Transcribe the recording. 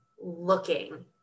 looking